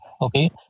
okay